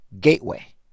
gateway